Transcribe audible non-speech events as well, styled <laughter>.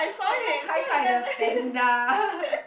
oh you Kai-Kai the panda <laughs>